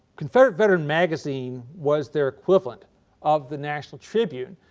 confederate veteran magazine was their equivalent of the national tribune.